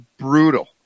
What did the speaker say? brutal